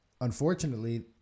unfortunately